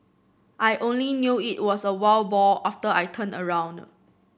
I only knew it was a wild boar after I turned around